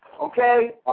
Okay